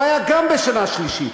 הוא היה גם בשנה שלישית,